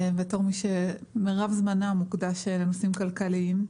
בתור מי שמירב זמנה מוקדש לנושאים כלכליים,